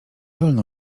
wolno